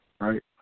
right